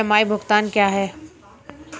EMI भुगतान क्या है?